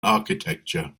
architecture